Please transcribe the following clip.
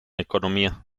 economía